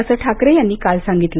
असं ठाकरे यांनी काल सांगितलं